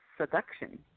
seduction